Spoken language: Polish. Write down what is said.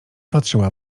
patrzyła